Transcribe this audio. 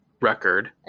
record